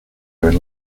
and